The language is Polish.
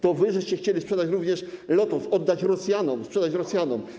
To wy chcieliście sprzedać również Lotos, oddać Rosjanom, sprzedać Rosjanom.